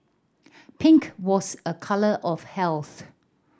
pink was a colour of health